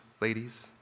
ladies